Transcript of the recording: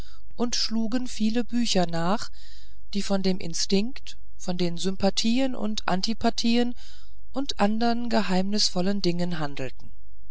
und schlugen viele bücher nach die von dem instinkt von den sympathien und antipathien und andern geheimnisvollen dingen handelten